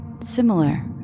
similar